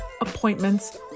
appointments